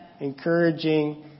encouraging